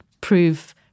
prove